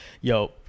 yo